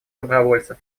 добровольцев